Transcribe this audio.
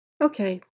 Okay